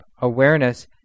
awareness